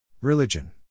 Religion